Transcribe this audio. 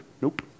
Nope